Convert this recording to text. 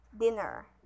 dinner